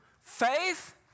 Faith